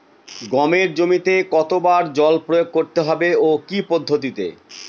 গমের জমিতে কতো বার জল প্রয়োগ করতে হবে ও কি পদ্ধতিতে?